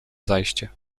zajście